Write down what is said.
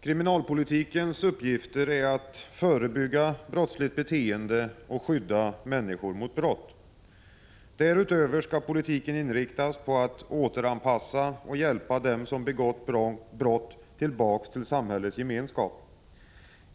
Kriminalpolitikens uppgifter är att förebygga brottsligt beteende och skydda människor mot brott. Därutöver skall politiken inriktas på att återanpassa och hjälpa dem som begått brott tillbaka till samhällets gemenskap.